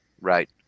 Right